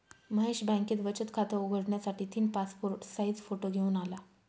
महेश बँकेत बचत खात उघडण्यासाठी तीन पासपोर्ट साइज फोटो घेऊन आला